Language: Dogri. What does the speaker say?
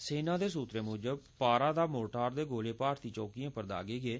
सेना दे सूत्रे मूजब पारा दा मोर्टार दे गोले भारतीय चोकियें उप्पर दागे गे